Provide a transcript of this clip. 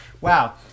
wow –